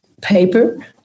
paper